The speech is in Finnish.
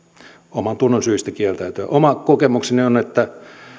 omantunnonsyistä oma kokemukseni on on että